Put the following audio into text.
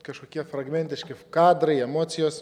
kažkokie fragmentiški kadrai emocijos